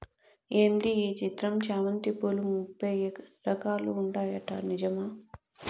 ఏంది ఈ చిత్రం చామంతి పూలు ముప్పై రకాలు ఉంటాయట నిజమా